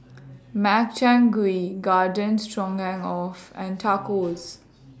Makchang Gui Garden Stroganoff and Tacos